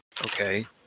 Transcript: Okay